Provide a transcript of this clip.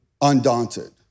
undaunted